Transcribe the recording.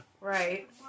Right